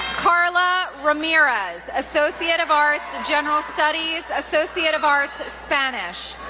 karla ramirez, associate of arts, general studies, associate of arts, spanish.